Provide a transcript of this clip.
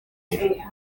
bikini